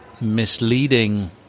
misleading